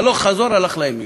הלוך-חזור, הלך להם יום.